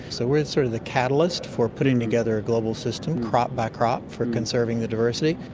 so we're sort of the catalyst for putting together global system, crop by crop, for conserving the diversity.